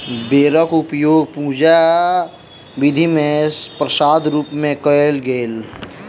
बेरक उपयोग पूजा विधि मे प्रसादक रूप मे कयल गेल